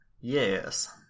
Yes